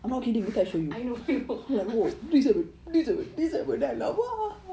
I know I know